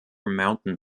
mountain